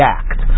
act